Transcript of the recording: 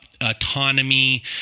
autonomy